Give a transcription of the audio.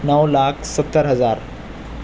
نو لاکھ ستّر ہزار